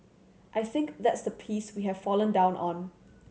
I think that's the piece we have fallen down on